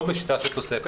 לא בשיטה של תוספת,